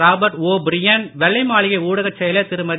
ரார்ட் O'Brien வெள்ளை மாளிகை ஊடகச் செயலர் திருமதி